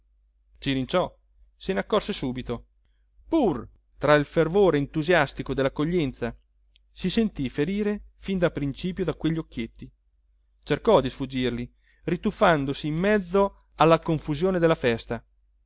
cirinciò cirinciò se naccorse subito pur tra il fervore entusiastico dellaccoglienza si sentì ferire fin da principio da quegli occhietti cercò di sfuggirli rituffandosi in mezzo alla confusione della festa